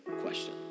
question